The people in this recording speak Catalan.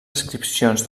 descripcions